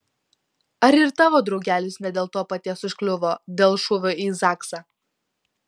ar ir tavo draugelis ne dėl to paties užkliuvo dėl šūvio į zaksą